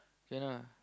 can lah